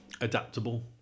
adaptable